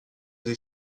vous